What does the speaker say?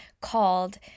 called